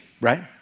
right